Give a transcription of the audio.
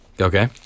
Okay